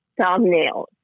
Thumbnails